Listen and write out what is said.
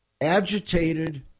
agitated